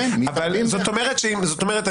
זאת אומרת,